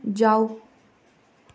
जाऊ